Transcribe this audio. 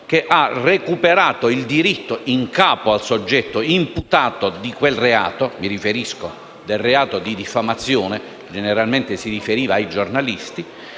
che ha recuperato un diritto in capo al soggetto imputato di quel reato - mi riferisco al reato di diffamazione, che generalmente riguardava i giornalisti